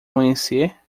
amanhecer